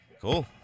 Cool